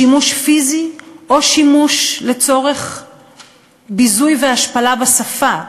שימוש פיזי או שימוש לצורך ביזוי והשפלה בשפה,